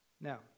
Now